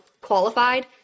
qualified